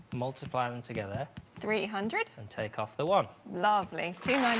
multiply them together three hundred and take off the one lovely